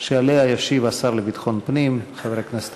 שעליה ישיב השר לביטחון פנים חבר הכנסת